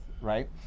right